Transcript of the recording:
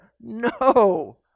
No